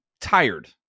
tired